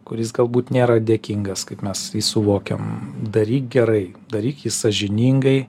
kuris galbūt nėra dėkingas kaip mes suvokiam daryk gerai daryk jį sąžiningai